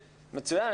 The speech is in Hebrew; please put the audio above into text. מצוין,